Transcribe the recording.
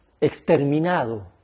exterminado